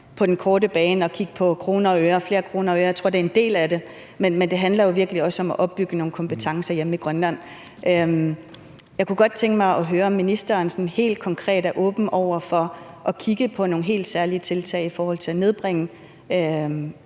på den korte bane at kigge på flere kroner og øre. Jeg tror, det er en del af det, men det handler jo virkelig også om at opbygge nogle kompetencer hjemme i Grønland. Jeg kunne godt tænke mig at høre, om ministeren sådan helt konkret er åben over for at kigge på nogle helt særlige tiltag, hvad angår at nedbringe